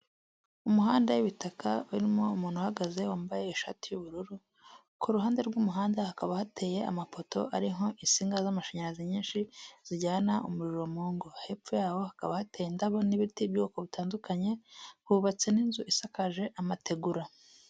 Umuhanda w'ibitaka urimo umuntu uhagaze, wambaye ishati yubururu. Kuhande rw'umuhanda hakaba hateye amapoto ariho insinga z'amashanyarazi nyinshi, zijyana umuriro mungo. Hepfo yaho hakaba hateye indabo n'ibiti by'uko butandukanye, hubatse n'inzu isakaje amategura.